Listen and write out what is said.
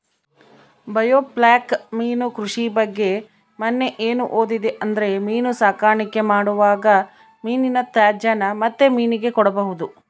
biofloc ಮೀನು ಕೃಷಿ ಬಗ್ಗೆ ಮನ್ನೆ ಏನು ಓದಿದೆ ಅಂದ್ರೆ ಮೀನು ಸಾಕಾಣಿಕೆ ಮಾಡುವಾಗ ಮೀನಿನ ತ್ಯಾಜ್ಯನ ಮತ್ತೆ ಮೀನಿಗೆ ಕೊಡಬಹುದು